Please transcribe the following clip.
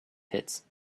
pits